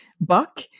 Buck